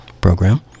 program